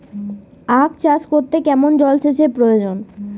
আখ চাষ করতে কেমন জলসেচের প্রয়োজন?